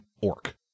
Orc